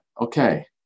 okay